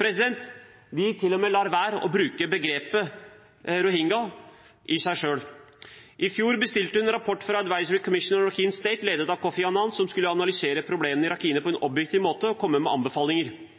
De lar til og med være å bruke begrepet «rohingya» i seg selv. I fjor bestilte hun en rapport fra The Advisory Commission on Rakhine State, ledet av Kofi Annan, som skulle analysere problemene i Rakhine på en objektiv måte og komme med anbefalinger.